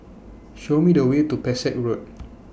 Show Me The Way to Pesek Road